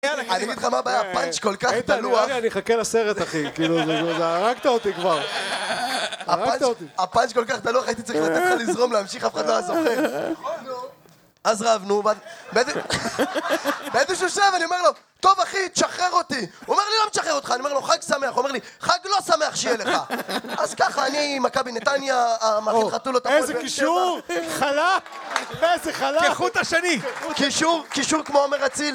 אני אגיד לך מה הבעיה, הפאנץ' כל כך דלוח אני אחכה לסרט אחי זה הרגת אותי כבר. הפאנץ' כל כך דלוח הייתי צריך לתת לך לזרום להמשיך אף אחד לא היה זוכר. אז רבנו באיזשהו שלב אני אומר לו טוב אחי תשחרר אותי הוא אומר לי לא משחרר אותך, אני אומר לו חג שמח הוא אומר לי חג לא שמח שיהיה לך אז ככה אני עם מכבי נתניה איזה קישור חלק קישור כחוט השני, כמו אומר אצילי